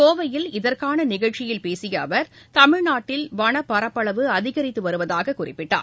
கோவையில் இதற்கான நிகழ்ச்சியில் பேசிய அவர் தமிழ்நாட்டில் வனப் பரப்பளவு அதிகரித்து வருவதாக குறிப்பிட்டார்